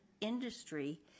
industry